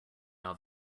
are